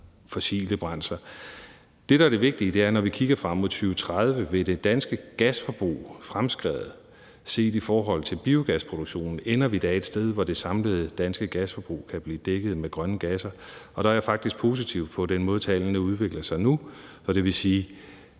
fossile brændsler. Det, der er det vigtige, er: Når vi kigger frem mod 2030 og på det danske gasforbrug fremskrevet set i forhold til biogasproduktionen, ender vi da et sted, hvor det samlede danske gasforbrug kan blive dækket med grønne gasser? Og der er jeg faktisk positiv i forhold til den måde, tallene udvikler sig på nu. Det vil sige,